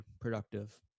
productive